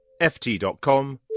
ft.com